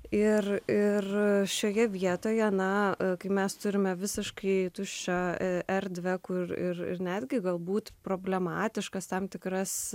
ir šioje vietoje na kai mes turime visiškai tuščią erdvę kur ir ir netgi galbūt problematiškas tam tikras